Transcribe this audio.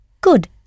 Good